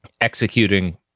executing